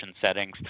settings